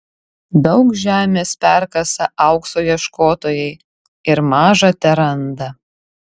daug žemės perkasa aukso ieškotojai ir maža teranda